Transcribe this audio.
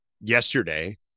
yesterday